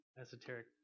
esoteric